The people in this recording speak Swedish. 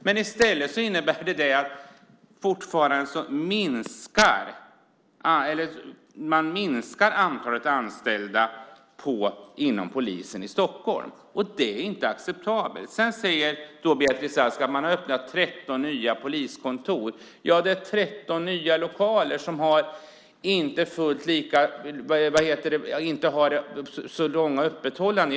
Men i stället innebär det att man minskar antalet anställda inom polisen i Stockholm. Det är inte acceptabelt. Beatrice Ask säger att man har öppnat 13 nya poliskontor. Ja, det är 13 nya lokaler som inte har så långt öppethållande.